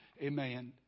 Amen